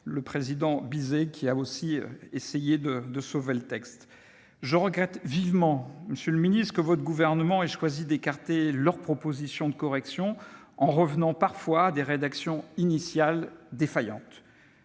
Jean Bizet, qui a aussi essayé de sauver le texte. Je regrette vivement, monsieur le ministre, que le Gouvernement ait choisi d'écarter leurs propositions de correction, en revenant à des rédactions initiales parfois défaillantes.